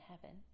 heaven